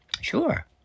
Sure